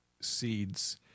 seeds